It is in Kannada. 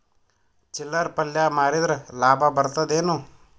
ಚಿಲ್ಲರ್ ಪಲ್ಯ ಮಾರಿದ್ರ ಲಾಭ ಬರತದ ಏನು?